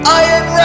Iron